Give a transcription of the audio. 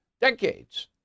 decades